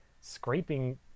scraping